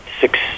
six